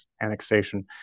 annexation